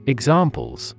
Examples